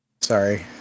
sorry